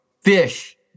Fish